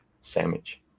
Sandwich